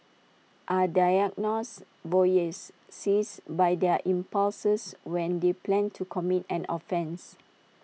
are diagnosed voyeurs seized by their impulses when they plan to commit and offence